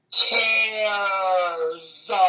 cares